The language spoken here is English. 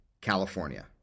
California